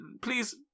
please